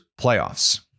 playoffs